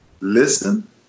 listen